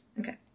Okay